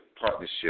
partnership